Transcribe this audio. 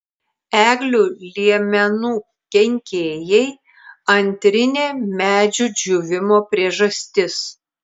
eglių liemenų kenkėjai antrinė medžių džiūvimo priežastis